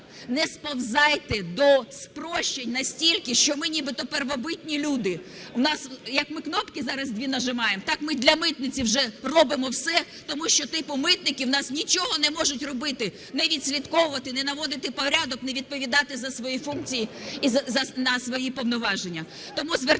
не сповзайте до спрощень настільки, що ми нібито первобытные люди. В нас як ми кнопки зараз дві нажимаємо, так ми і для митниці вже робимо все, тому що типу митники в нас нічого не можуть робити, не відслідковувати, не наводити порядок, не відповідати за свої функції, на свої повноваження. Тому звертаюсь